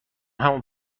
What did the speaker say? همون